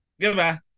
Goodbye